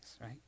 right